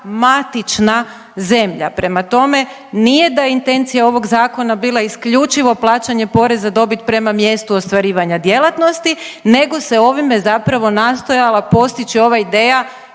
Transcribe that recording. matična zemlja. Prema tome, nije da je intencija ovog Zakona bila isključivo plaćanje poreza dobit prema mjestu ostvarivanja djelatnosti, nego se ovime zapravo nastojala postići ova ideja